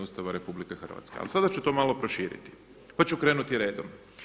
Ustava RH, a sada ću to malo proširiti pa ću krenuti redom.